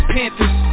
Panthers